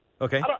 Okay